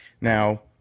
Now